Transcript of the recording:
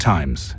Times